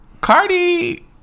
Cardi